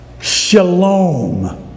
Shalom